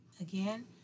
Again